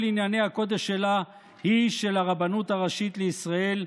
ענייני הקודש שלה היא של הרבנות הראשית לישראל,